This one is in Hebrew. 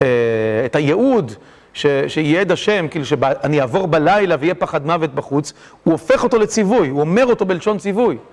את הייעוד שייעד השם, כאילו שאני אעבור בלילה ויהיה פחד מוות בחוץ, הוא הופך אותו לציווי, הוא אומר אותו בלשון ציווי.